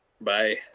Bye